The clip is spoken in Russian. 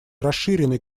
расширенной